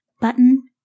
button